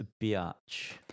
biatch